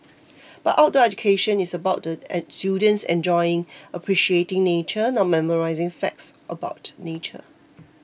but outdoor education is about the students enjoying appreciating nature not memorising facts about nature